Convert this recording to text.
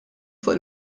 fuq